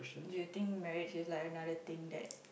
do you think marriage is like another thing that